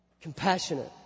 compassionate